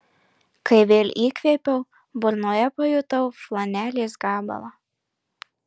kai vėl įkvėpiau burnoje pajutau flanelės gabalą